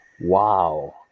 wow